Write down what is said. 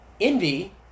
Envy